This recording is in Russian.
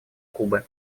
кубы